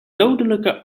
dodelijke